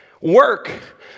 work